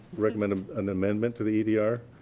recommend an amendment to the edr.